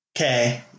Okay